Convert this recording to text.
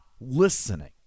listening